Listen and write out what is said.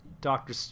Doctor